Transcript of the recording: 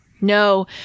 no